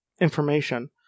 information